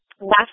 last